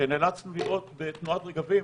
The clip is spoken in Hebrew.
שנאלצנו לראות בתנועת רגבים,